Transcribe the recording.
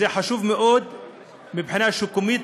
זה חשוב מאוד מבחינה שיקומית,